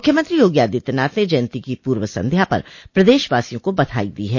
मुख्यमंत्री योगी आदित्यनाथ ने जयंती की पूर्व संध्या पर प्रदेशवासियों को बधाई दी है